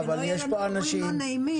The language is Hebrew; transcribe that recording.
כדי שלא יהיו פה אירועים לא נעימים.